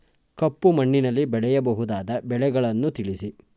ಕಪ್ಪು ಮಣ್ಣಿನಲ್ಲಿ ಬೆಳೆಯಬಹುದಾದ ಬೆಳೆಗಳನ್ನು ತಿಳಿಸಿ?